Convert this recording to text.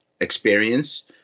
experience